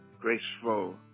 graceful